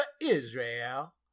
Israel